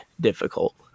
difficult